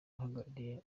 uhagarariye